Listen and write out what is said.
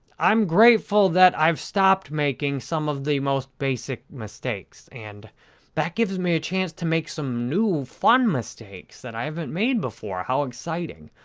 i'm grateful that i've stopped making some of the most basic mistakes and that give me a chance to make some new, fun mistakes that i haven't made before. how exciting!